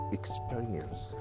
experience